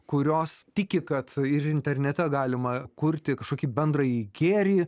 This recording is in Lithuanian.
kurios tiki kad ir internete galima kurti kažkokį bendrąjį gėrį